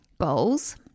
goals